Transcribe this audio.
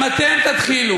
אם אתם תתחילו